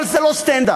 אבל זה לא סטנד-אפ,